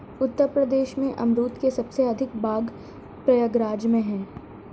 उत्तर प्रदेश में अमरुद के सबसे अधिक बाग प्रयागराज में है